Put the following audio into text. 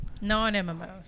Non-MMOs